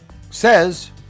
says